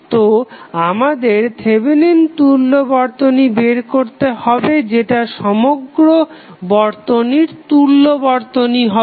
তো আমাদের থেভেনিন তুল্য বর্তনী বের করতে হবে যেটা সমগ্র বর্তনীর তুল্য বর্তনী হবে